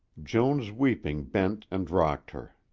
joan's weeping bent and rocked her.